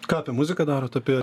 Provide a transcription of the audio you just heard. ką apie muziką darot apie